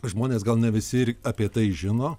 žmonės gal ne visi ir apie tai žino